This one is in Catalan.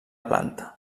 planta